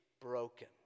broken